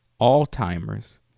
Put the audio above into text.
Alzheimer's